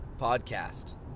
podcast